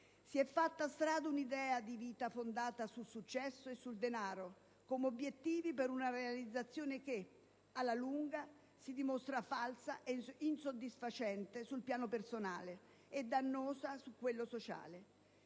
si è fatta strada un'idea di vita fondata sul successo e sul denaro come obiettivi per una realizzazione che alla lunga si dimostra falsa e insoddisfacente sul piano personale e dannosa su quello sociale.